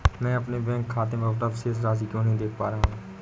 मैं अपने बैंक खाते में उपलब्ध शेष राशि क्यो नहीं देख पा रहा हूँ?